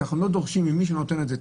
אנחנו לא דורשים תו ירוק ממי שנתן את זה.